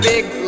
Big